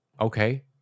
Okay